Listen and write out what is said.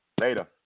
Later